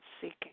seeking